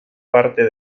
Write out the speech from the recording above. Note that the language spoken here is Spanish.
parte